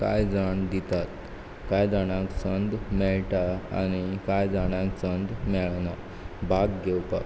कांय जाण दितात कांय जाणांक संद मेळटा आनी कांय जाणांक संद मेळना भाग घेवपाक